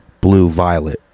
Blue-Violet